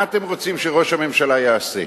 מה אתם רוצים שראש הממשלה יעשה?